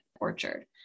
orchard